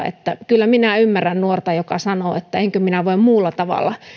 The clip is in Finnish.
että kyllä minä ymmärrän nuorta joka sanoo että enkö minä voi muulla tavalla